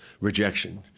rejection